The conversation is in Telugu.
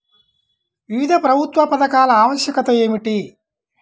వివిధ ప్రభుత్వా పథకాల ఆవశ్యకత ఏమిటి?